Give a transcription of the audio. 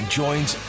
joins